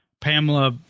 Pamela